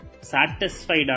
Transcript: satisfied